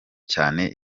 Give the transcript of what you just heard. cyane